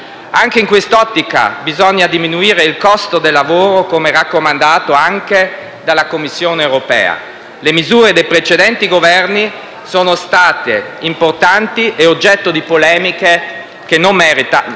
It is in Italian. Anche in quest'ottica bisogna diminuire il costo del lavoro, come raccomandato anche dalla Commissione europea. Le misure dei precedenti Governi sono state importanti e oggetto di polemiche che non meritavano.